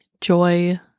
joy